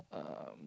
um